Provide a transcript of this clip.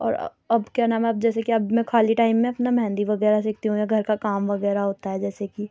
اور اب کیا نام ہے اب جیسے کہ اب میں خالی ٹائم میں اپنا مہندی وغیرہ سیکھتی ہوں یا گھر کا کام وغیرہ ہوتا ہے جیسے کہ